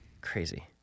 Crazy